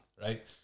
right